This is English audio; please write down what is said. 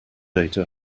data